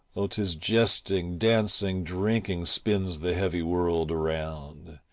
oh, tis jesting, dancing, drinking spins the heavy world around.